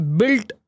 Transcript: built